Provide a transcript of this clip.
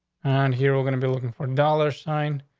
and here, we're gonna be looking for a dollar sign,